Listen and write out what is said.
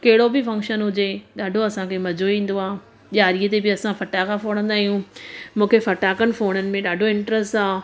कहिड़ो बि फंक्शन हुजे ॾाढो असांखे मज़ो ईंदो आहे ॾिआरीअ ते बि असां फटाका फोड़ंदा आहियूं मूंखे फटाकनि फोड़नि में ॾाढो इंट्रस्ट आहे